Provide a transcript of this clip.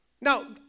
Now